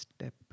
step